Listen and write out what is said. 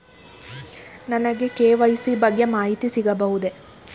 ನನಗೆ ಕೆ.ವೈ.ಸಿ ಬಗ್ಗೆ ಮಾಹಿತಿ ಸಿಗಬಹುದೇ?